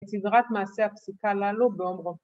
את סדרת מעשי הפסיקה הללו באומרו